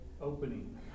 opening